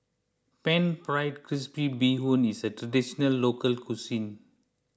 Pan Fried Crispy Bee Hoon is a Traditional Local Cuisine